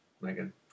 Megan